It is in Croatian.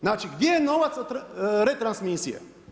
Znači gdje je novac retransmisije?